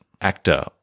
actor